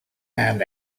and